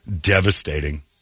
devastating